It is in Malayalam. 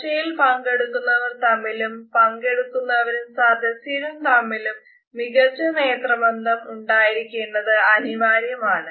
ചർച്ചയിൽ പങ്കെടുക്കുന്നവർ തമ്മിലും പങ്കെടുക്കുന്നവരും സദസ്യരും തമ്മിലും മികച്ച നേത്രബന്ധം ഉണ്ടായിരിക്കേണ്ടത് അനിവാര്യമാണ്